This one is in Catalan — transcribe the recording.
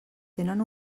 tenen